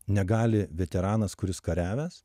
negali veteranas kuris kariavęs